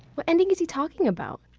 what ending is he talking about?